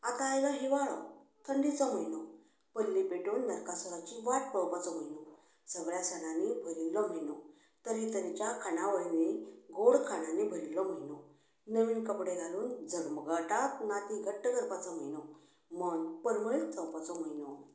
आतां आयलो हिंवाळो थंडीचो म्हयनो पट्टी पेटोवून नरकासुराची वाट पळोवपाचो म्हयनो सगळ्या साणांनी भरिल्लो म्हयनो तरेच्या तरेच्या खाणावळींनी गोड खाणांनी भरिल्लो म्हयनो नवे कपडे घालून जल्मगांठाक नातीं घट्ट करपाचो म्हयनो मन परमळीत जावपाचो म्हयनो